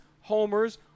homers